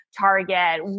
target